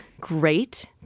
great